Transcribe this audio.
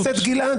חבר הכנסת גלעד,